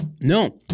No